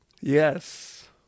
Yes